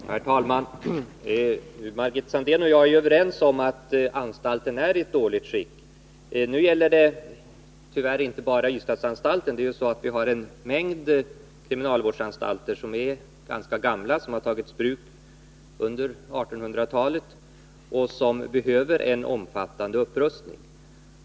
Herr talman! Margit Sandéhn och jag är överens om att anstalten i Ystad är iett dåligt skick. Det gäller tyvärr inte bara Ystadsanstalten. Vi har nämligen en mängd kriminalvårdsanstalter som är ganska gamla — de togs i bruk under 1800-talet — och behöver en omfattande upprustning.